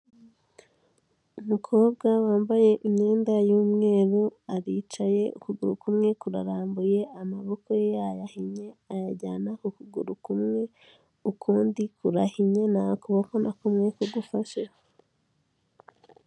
Umukobwa wambaye imyenda y'umweru, aricaye ukuguru kumwe kurarambuye amaboko ye yayahinnye, ayajyana ku ukuguru kumwe, ukundi kurahinnye nta koboko na kumwe, kugufashe.